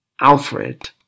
Alfred